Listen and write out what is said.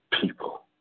people